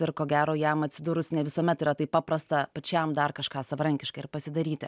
ir ko gero jam atsidūrus ne visuomet yra taip paprasta pačiam dar kažką savarankiškai ir pasidaryti